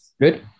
Good